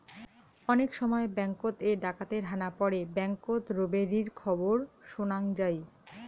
অনেক সময় ব্যাঙ্ককোত এ ডাকাতের হানা পড়ে ব্যাঙ্ককোত রোবেরির খবর শোনাং যাই